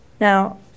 Now